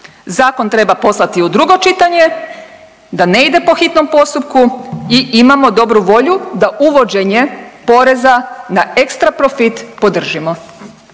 Zakon treba poslati u drugo čitanje da ne ide po hitnom postupku i imamo dobru volju da uvođenje poreza na ekstra profit podržimo.